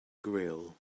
grill